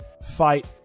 fight